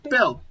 Bill